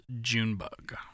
Junebug